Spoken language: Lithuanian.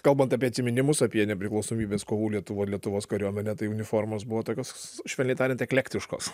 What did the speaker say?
kalbant apie atsiminimus apie nepriklausomybės kovų lietuvoj lietuvos kariuomenę tai uniformos buvo tokios švelniai tariant eklektiškos